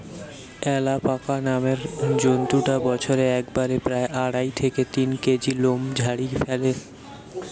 alpaca নামের জন্তুটা বছরে একবারে প্রায় আড়াই থেকে তিন কেজি লোম ঝাড়ি ফ্যালে